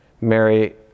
Mary